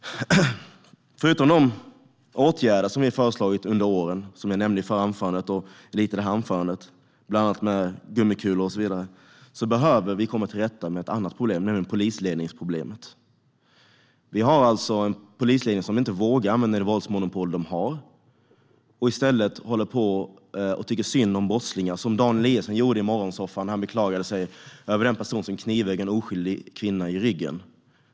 Förutom de åtgärder vi har föreslagit genom åren och som jag nämnde i mitt förra anförande och även i detta - som gummikulor och så vidare - behöver vi komma till rätta med ett annat problem, nämligen polisledningsproblemet. Vi har alltså en polisledning som inte vågar använda det våldsmonopol den har utan i stället håller på och tycker synd om brottslingar, som Dan Eliasson gjorde i morgonsoffan när han beklagade sig över den person som knivhögg en oskyldig kvinna i ryggen.